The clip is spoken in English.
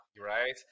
right